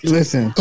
Listen